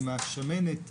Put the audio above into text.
עם השמנת,